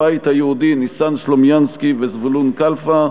הבית היהודי: ניסן סלומינסקי וזבולון קלפה.